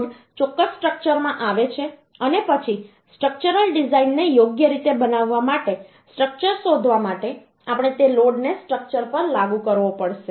load ચોક્કસ સ્ટ્રક્ચરમાં આવે છે અને પછી સ્ટ્રક્ચરલ ડિઝાઇનને યોગ્ય રીતે બનાવવા માટે સ્ટ્રક્ચર શોધવા માટે આપણે તે લોડને સ્ટ્રક્ચર પર લાગુ કરવો પડશે